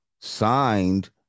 signed